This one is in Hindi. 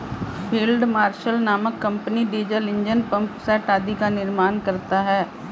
फील्ड मार्शल नामक कम्पनी डीजल ईंजन, पम्पसेट आदि का निर्माण करता है